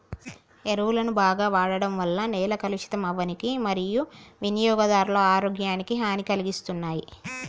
ఎరువులను బాగ వాడడం వల్ల నేల కలుషితం అవ్వనీకి మరియూ వినియోగదారుల ఆరోగ్యాలకు హనీ కలిగిస్తున్నాయి